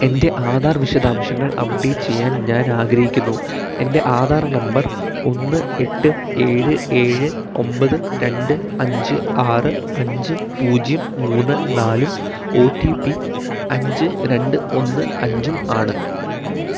എൻ്റെ ആധാർ വിശദാംശങ്ങൾ അപ്ഡേറ്റ് ചെയ്യാൻ ഞാൻ ആഗ്രഹിക്കുന്നു എൻ്റെ ആധാർ നമ്പർ ഒന്ന് എട്ട് ഏഴ് ഏഴ് ഒമ്പത് രണ്ട് അഞ്ച് ആറ് അഞ്ച് പൂജ്യം മൂന്ന് നാലും ഒ ടി പി അഞ്ച് രണ്ട് ഒന്ന് അഞ്ചും ആണ്